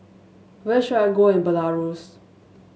where should I go in Belarus